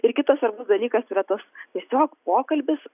ir kitas svarbus dalykas yra tas tiesiog pokalbis